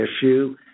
issue